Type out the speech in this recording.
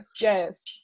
yes